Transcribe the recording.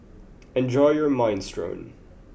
enjoy your Minestrone